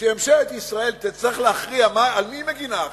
כשממשלת ישראל תצטרך להכריע על מי היא מגינה עכשיו,